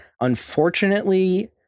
Unfortunately